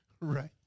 right